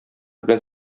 белән